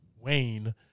Wayne